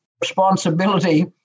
responsibility